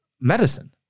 medicine